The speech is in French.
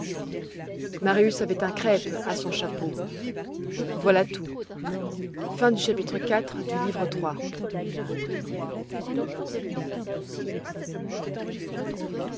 marius avait un crêpe à son chapeau voilà tout chapitre